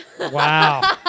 Wow